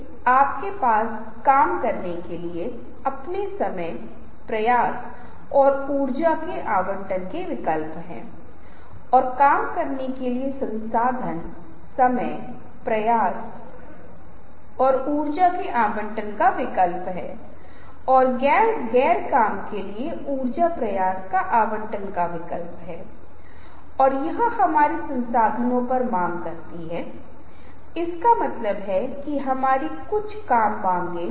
विशिष्टता और उपलब्धता यह आपके उत्पाद के विपणन आपकी अवधारणा के विपणन से संबंधित है जो कुछ भी है और जो दुर्लभ है और अभी तक यह उपलब्ध है और प्रासंगिकता स्पष्ट रूप से है जो उस व्यक्ति के लिए उपयोग कर रहा है जिज्ञासा लुभावना रोमांचक दिलचस्प और फिर निश्चित रूप से मीडिया का उपयोग हम पहले ही बात कर चुके हैं कि पावर पॉइंट का उपयोग कैसे करें मल्टीमीडिया का उपयोग कैसे करें हमें दृश्य और श्रवण चैनल और सोशल मीडिया के विभिन्न पहलुओं का उपयोग कैसे करें हम इसे अपने जीवन के हर दिन मे उपयोग कर रहे हैं आप पहले से ही हमारे प्रयोगों के लिए भी कर रहे हैं